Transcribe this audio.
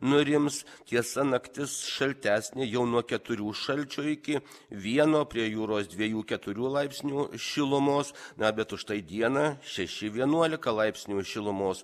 nurims tiesa naktis šaltesnė jau nuo keturių šalčio iki vieno prie jūros dviejų keturių laipsnių šilumos na bet užtai dieną šeši vienuolika laipsnių šilumos